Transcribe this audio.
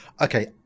okay